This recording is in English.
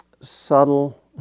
subtle